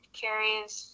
carries